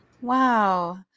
wow